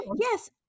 yes